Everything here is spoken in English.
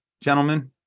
gentlemen